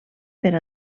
per